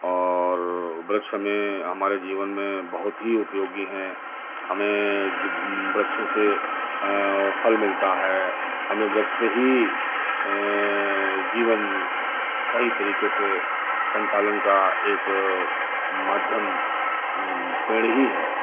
और वृक्ष हमें हमारे जीवन में बहुत ही उपयोगी हैं हमें वृक्षों से फल मिलता है हमें वृक्ष से ही जीवन सही तरीके से संचालन का एक माध्यम पेड़ ही है